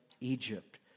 Egypt